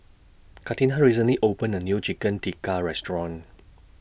Catina recently opened A New Chicken Tikka Restaurant